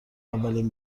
اولین